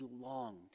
longed